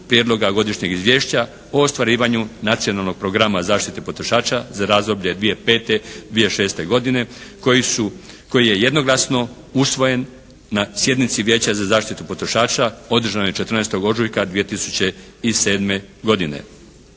prijedloga godišnjeg izvješća o ostvarivanju Nacionalnog programa zaštite potrošača za razdoblje 200.5-2006. godine koji je jednoglasno usvojen na sjednici Vijeća za zaštitu potrošača održanoj 14. ožujka 2007. godine.